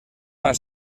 fan